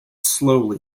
slowly